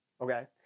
okay